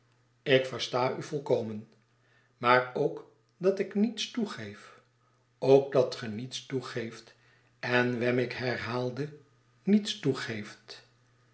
ik versta u volkomen maar ook dat ik niets toegeef ook dat ge niets toegeeft en wemmick herhaalde niets toegeeft